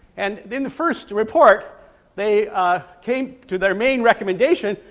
and in the first report they came to their main recommendation,